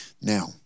Now